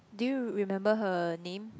do you remember her name